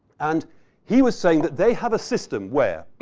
and he was saying that they have a system where.